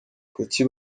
kuki